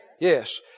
Yes